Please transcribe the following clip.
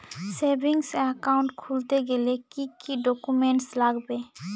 Savings account খুলতে গেলে কি কি ডকুমেন্টস লাগবে?